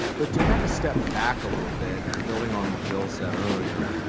but to kind of step back a little bit, and building on what bill said earlier,